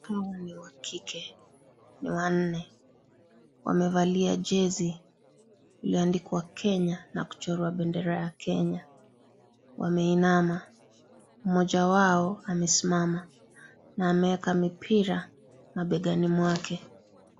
Hawa ni wa kike ni wanne wamevalia jezi limeandikwa kenya na kuchorwa bendera ya kenya wameinama ,mmoja wao amesimama na ameweka mipira mabegani mwake.